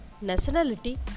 nationality